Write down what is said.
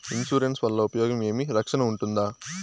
Insurance వల్ల ఉపయోగం ఏమి? రక్షణ ఉంటుందా?